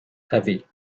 heavy